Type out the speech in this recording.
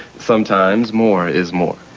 sometimes more is more.